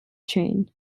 chain